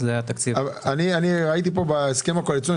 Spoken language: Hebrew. אני לא רוצה